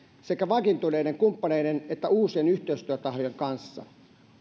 sekä vakiintuneiden kumppaneiden että uusien yhteistyötahojen kanssa